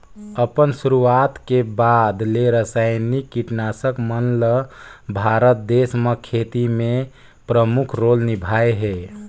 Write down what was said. अपन शुरुआत के बाद ले रसायनिक कीटनाशक मन ल भारत देश म खेती में प्रमुख रोल निभाए हे